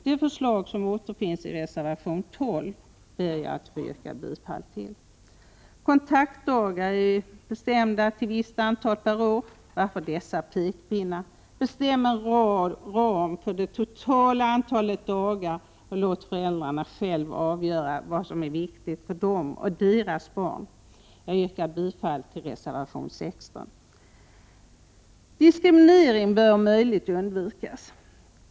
Det förslag som återfinns i reservation 12 ber jag att få yrka bifall till. Kontaktdagar är bestämda till visst antal per år. Varför dessa pekpinnar? Bestäm en ram för det totala antalet dagar och låt föräldrarna själva avgöra vad som är viktigt för dem och deras barn. Jag yrkar bifall till reservation 16. Diskriminering bör om möjligt undvikas.